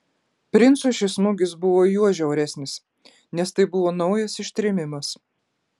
princui šis smūgis buvo juo žiauresnis nes tai buvo naujas ištrėmimas